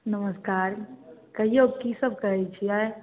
नमस्कार कहिऔ की सब करै छियै